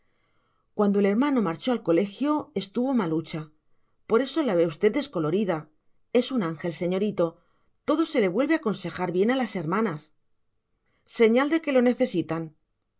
cuando el hermano marchó al colegio estuvo malucha por eso la ve usted descolorida es un ángel señorito todo se le vuelve aconsejar bien a las hermanas señal de que lo